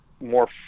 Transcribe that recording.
more